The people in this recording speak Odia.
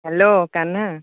ହ୍ୟାଲୋ କାହ୍ନା